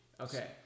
Okay